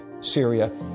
Syria